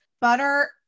butter